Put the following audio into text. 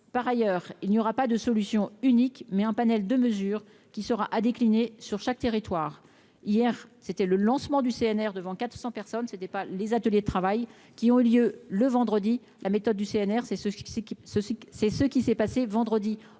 par ailleurs, il n'y aura pas de solution unique, mais un panel de mesures qui sera décliné sur chaque territoire, hier c'était le lancement du CNR devant 400 personnes s'étaient pas les ateliers de travail qui ont eu lieu le vendredi, la méthode du CNR, c'est ce qui c'est qui ce c'est